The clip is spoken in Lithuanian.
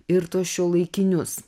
ir tuos šiuolaikinius